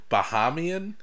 Bahamian